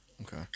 Okay